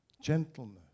gentleness